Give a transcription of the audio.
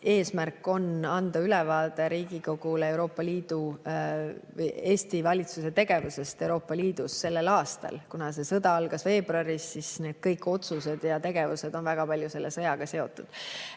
eesmärk on anda ülevaade Riigikogule Eesti valitsuse tegevusest Euroopa Liidus sellel aastal. Kuna sõda algas veebruaris, siis kõik need otsused ja tegevused on väga palju selle sõjaga seotud.